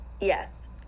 Yes